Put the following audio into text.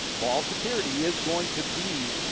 ball security is going to be,